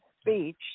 speech